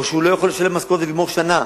או שהיא לא יכולה לשלם משכורת ולגמור שנה,